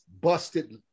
busted